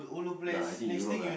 no I think Europe lah